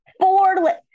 Four